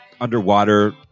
underwater